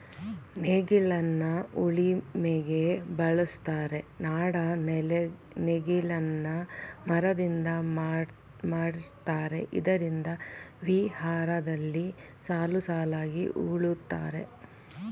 ನೇಗಿಲನ್ನ ಉಳಿಮೆಗೆ ಬಳುಸ್ತರೆ, ನಾಡ ನೇಗಿಲನ್ನ ಮರದಿಂದ ಮಾಡಿರ್ತರೆ ಇದರಿಂದ ವಿ ಆಕಾರದಲ್ಲಿ ಸಾಲುಸಾಲಾಗಿ ಉಳುತ್ತರೆ